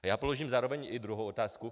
A já položím zároveň i druhou otázku.